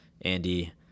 andy